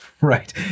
right